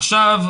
עכשיו,